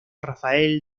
rafael